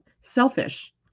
Selfish